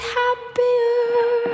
happier